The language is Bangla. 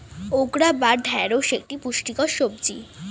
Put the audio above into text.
ওকরা বা ঢ্যাঁড়স একটি পুষ্টিকর সবজি